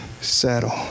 settle